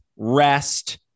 rest